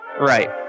Right